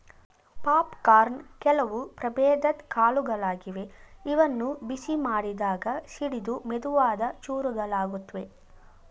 popcorn ಕೆಲವು ಪ್ರಭೇದದ್ ಕಾಳುಗಳಾಗಿವೆ ಇವನ್ನು ಬಿಸಿ ಮಾಡಿದಾಗ ಸಿಡಿದು ಮೆದುವಾದ ಚೂರುಗಳಾಗುತ್ವೆ